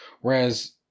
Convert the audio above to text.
Whereas